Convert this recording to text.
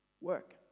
Work